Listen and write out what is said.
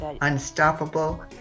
unstoppable